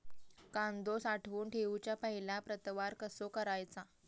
कांदो साठवून ठेवुच्या पहिला प्रतवार कसो करायचा?